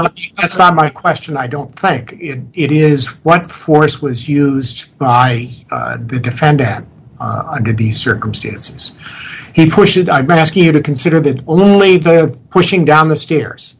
not that's not my question i don't think it is what force was used by the defendant under the circumstances he push it i'm asking you to consider that only pushing down the stairs